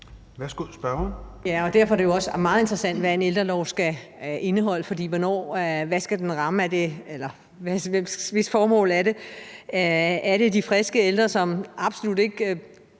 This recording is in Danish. Thorholm (RV): Ja, og derfor er det jo også meget interessant, hvad en ældrelov skal indeholde, for hvem skal den rette sig imod? Er det de friske ældre, som absolut ikke